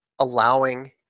allowing